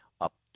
up